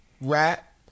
rap